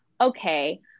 okay